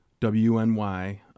WNY